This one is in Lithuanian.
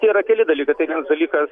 čia yra keli dalykai tai vienas dalykas